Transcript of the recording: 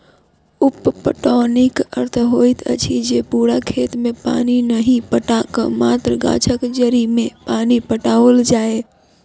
उप पटौनीक अर्थ होइत अछि जे पूरा खेत मे पानि नहि पटा क मात्र गाछक जड़ि मे पानि पटाओल जाय